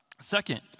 Second